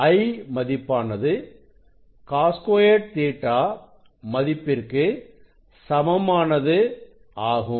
I மதிப்பானது Cos2 Ɵ மதிப்பிற்கு சமமானது ஆகும்